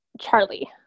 charlie